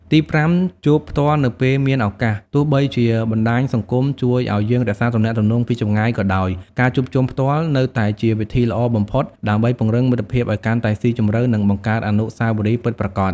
ទីប្រាំ ជួបផ្ទាល់នៅពេលមានឱកាស ទោះបីជាបណ្ដាញសង្គមជួយឱ្យយើងរក្សាទំនាក់ទំនងពីចម្ងាយក៏ដោយ ការជួបជុំផ្ទាល់ នៅតែជាវិធីល្អបំផុតដើម្បីពង្រឹងមិត្តភាពឱ្យកាន់តែស៊ីជម្រៅ និងបង្កើតអនុស្សាវរីយ៍ពិតប្រាកដ។